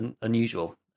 unusual